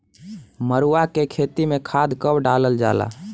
मरुआ के खेती में खाद कब डालल जाला?